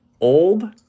old